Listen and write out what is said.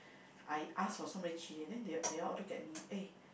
I ask for so many chilli then they they all look at me eh